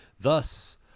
Thus